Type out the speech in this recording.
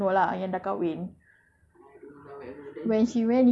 not the ex one lah the girl that she's getting to know lah yang dah kahwin